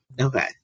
Okay